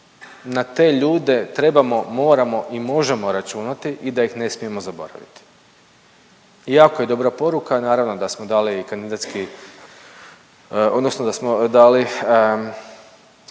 na te ljude trebamo, moramo i možemo računati i da ih ne smijemo zaboraviti. I jako je dobra poruka naravno da smo dali i kandidatski odnosno da smo dali